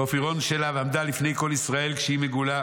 פורפירון שלה, ועמדה לפני כל ישראל כשהיא מגולה,